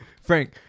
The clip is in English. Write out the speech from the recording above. Frank